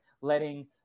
letting